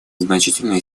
значительной